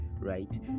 right